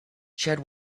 chad